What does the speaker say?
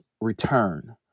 return